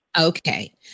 Okay